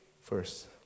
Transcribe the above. first